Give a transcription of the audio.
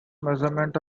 measurement